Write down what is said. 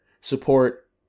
support